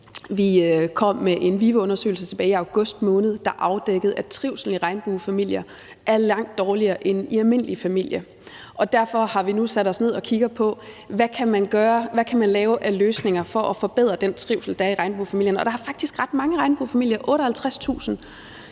Vi kom med en VIVE-undersøgelse tilbage i august måned, der afdækkede, at trivslen i regnbuefamilier er langt dårligere end i almindelige familier. Og derfor har vi nu sat os ned og kigger på: Hvad kan man gøre? Hvad kan man lave af løsninger for at forbedre den trivsel, der er i regnbuefamilierne? Og der er faktisk ret mange regnbuefamilier. 58.000